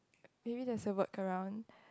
maybe that's a workaround